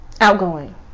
outgoing